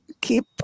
keep